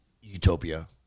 utopia